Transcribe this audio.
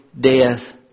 death